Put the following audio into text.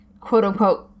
quote-unquote